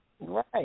Right